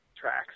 tracks